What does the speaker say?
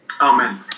Amen